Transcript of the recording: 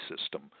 System